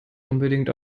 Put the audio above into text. unbedingt